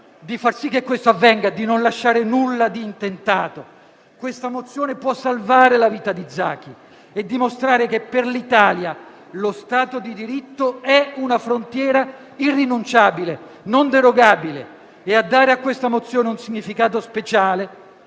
di far sì che questo avvenga, di non lasciare nulla di intentato. Questa mozione può salvare la vita di Zaki e dimostrare che per l'Italia lo Stato di diritto è una frontiera irrinunciabile, non derogabile. A dare a questa mozione un significato speciale